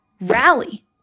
rally